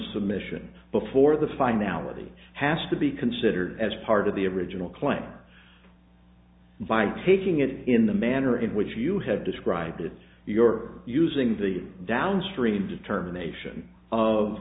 submission before the finality has to be considered as part of the original claim divide taking it in the manner in which you have described it you're using the downstream determination